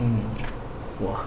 mm !wah!